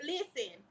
Listen